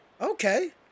Okay